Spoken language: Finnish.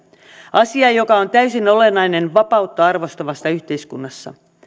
asia joka on täysin olennainen vapautta arvostavassa yhteiskunnassa